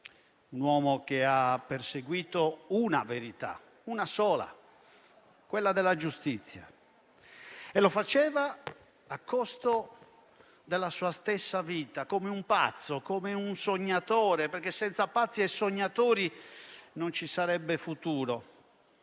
un uomo che ha perseguito una verità, una sola, quella della giustizia e lo ha fatto a costo della sua stessa vita, come un pazzo, come un sognatore, perché senza pazzi e sognatori non ci sarebbe futuro.